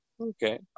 Okay